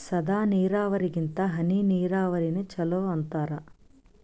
ಸಾದ ನೀರಾವರಿಗಿಂತ ಹನಿ ನೀರಾವರಿನ ಚಲೋ ಅಂತಾರ